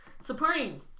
Supreme